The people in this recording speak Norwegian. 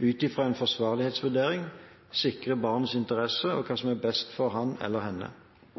ut fra en forsvarlighetsvurdering – sikrer barnets interesser og hva som er best for ham eller henne.